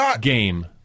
game